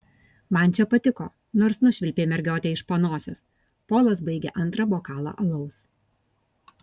man čia patiko nors nušvilpei mergiotę iš panosės polas baigė antrą bokalą alaus